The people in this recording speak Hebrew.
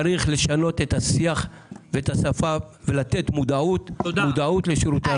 צריך לשנות את השיח ואת השפה ולתת מודעות לשירותי הרווחה.